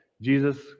Jesus